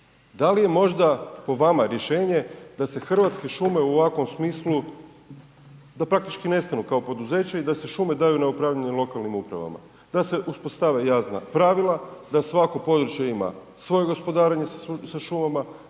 Da li je možda po vama rješenje da se Hrvatske šume u ovakvom smislu, da praktički nestanu kao poduzeće i da se šume daju na upravljanje lokalnim upravama, da se ispostave jasna pravila, da svako područje ima svoje gospodarenje sa šumama